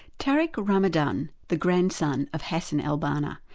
tariq ramadan, the grandson of hassan al-banna,